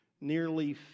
Nearly